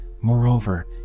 moreover